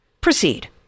Proceed